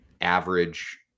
average